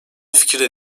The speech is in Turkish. fikirde